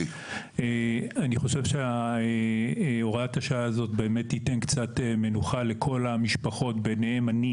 אני חושב שהוראת השעה הזאת תיתן קצת מנוחה לכל המשפחות ביניהן אני